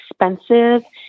expensive